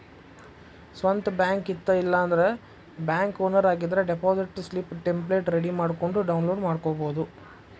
ಸ್ವಂತ್ ಬ್ಯಾಂಕ್ ಇತ್ತ ಇಲ್ಲಾಂದ್ರ ಬ್ಯಾಂಕ್ ಓನರ್ ಆಗಿದ್ರ ಡೆಪಾಸಿಟ್ ಸ್ಲಿಪ್ ಟೆಂಪ್ಲೆಟ್ ರೆಡಿ ಮಾಡ್ಕೊಂಡ್ ಡೌನ್ಲೋಡ್ ಮಾಡ್ಕೊಬೋದು